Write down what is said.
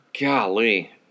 golly